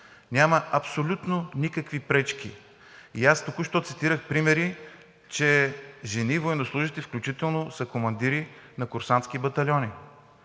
няма абсолютно никакви пречки и аз току-що цитирах примери, че жени военнослужещи включително са командири на курсантски батальони,